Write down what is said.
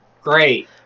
great